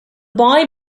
boy